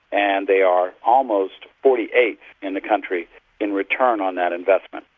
and they are almost forty eighth in the country in return on that investment.